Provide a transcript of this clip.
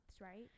right